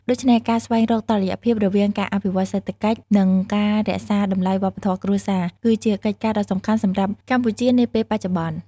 ដូច្នេះ ការស្វែងរកតុល្យភាពរវាងការអភិវឌ្ឍសេដ្ឋកិច្ច និងការរក្សាតម្លៃវប្បធម៌គ្រួសារ គឺជាកិច្ចការដ៏សំខាន់សម្រាប់កម្ពុជានាពេលបច្ចុប្បន្ន។